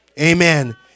amen